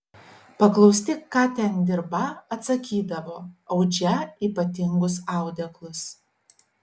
paklausti ką ten dirbą atsakydavo audžią ypatingus audeklus